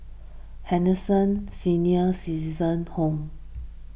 Henderson Senior Citizens' Home